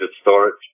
storage